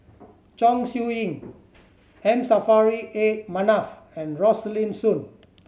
Chong Siew Ying M Saffri A Manaf and Rosaline Soon